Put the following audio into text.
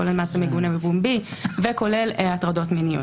כולל מעשים מגונים בפומבי וכולל הטרדות מיניות.